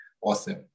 awesome